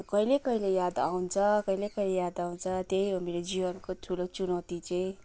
कहिले कहिले याद आउँछ कहिले कहिले याद आउँछ त्यही हो मेरो जीवनको ठुलो चुनौती चाहिँ